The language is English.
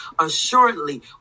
assuredly